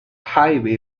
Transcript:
highway